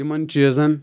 تِمن چیٖزن